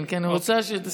כן, כי אני רוצה שתסיים.